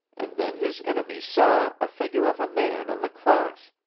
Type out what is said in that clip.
and then his enemies saw a figure of a man on the cross,